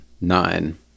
Nine